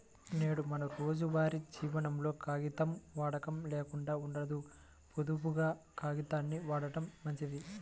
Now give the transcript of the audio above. నేడు మన రోజువారీ జీవనంలో కాగితం వాడకం లేకుండా ఉండదు, పొదుపుగా కాగితాల్ని వాడటం మంచిది